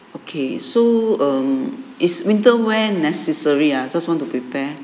okay so um it's winter wear necessary ah just want to prepare